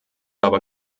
aber